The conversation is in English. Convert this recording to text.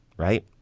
right.